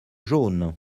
jaune